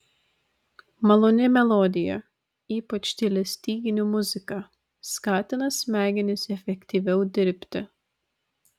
maloni melodija ypač tyli styginių muzika skatina smegenis efektyviau dirbti